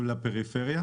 לפריפריה,